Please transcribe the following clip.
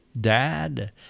Dad